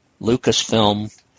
Lucasfilm